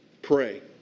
Pray